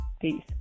Peace